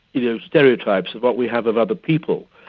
you know, stereotypes of what we have of other people,